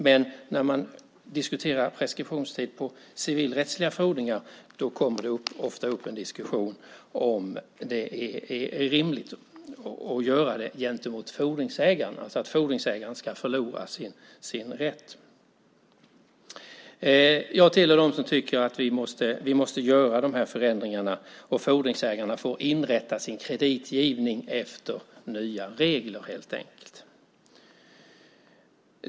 Men när man diskuterar preskriptionstid på civilrättsliga fordringar kommer det ofta upp en diskussion om det är rimligt att göra det gentemot fordringsägarna så att fordringsägaren ska förlora sin rätt. Jag tillhör dem som tycker att vi måste göra de här förändringarna. Fordringsägarna får inrätta sin kreditgivning efter nya regler helt enkelt.